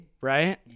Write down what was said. Right